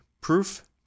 proof